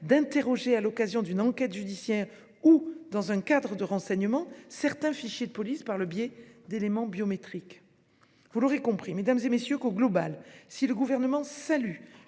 d'interroger à l'occasion d'une enquête judiciaire ou dans un cadre de renseignement certains fichiers de police par le biais d'éléments biométriques ». Vous l'aurez compris, mesdames, messieurs les sénateurs, si le Gouvernement salue